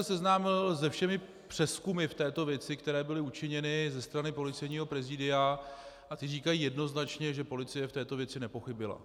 Seznámil jsem se se všemi přezkumy v této věci, které byly učiněny ze strany Policejního prezidia, a ty říkají jednoznačně, že policie v této věci nepochybila.